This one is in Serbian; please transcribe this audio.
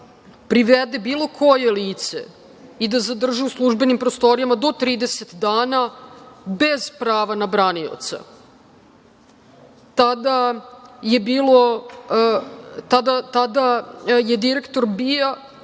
privede bilo koje lice i da zadrži u službenim prostorijama do 30 dana bez prava na branioca. Tada je direktor BIA,